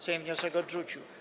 Sejm wniosek odrzucił.